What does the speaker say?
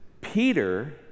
Peter